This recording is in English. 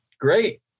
Great